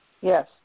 Yes